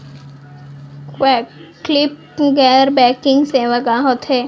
वैकल्पिक गैर बैंकिंग सेवा का होथे?